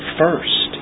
first